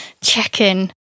check-in